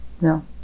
no